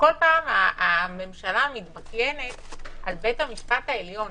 שבכל פעם הממשלה מתבכיינת על בית המשפט העליון